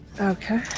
Okay